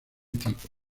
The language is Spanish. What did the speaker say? tipo